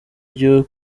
iryo